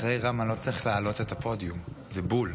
אחרי רם אני לא צריך להעלות את הפודיום, זה בול.